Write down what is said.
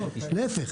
להפך,